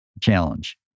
challenge